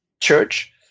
Church